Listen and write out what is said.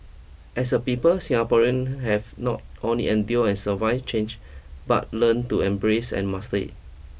as a people Singaporean have not only endure and survive change but learned to embrace and master it